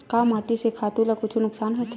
का माटी से खातु ला कुछु नुकसान होथे?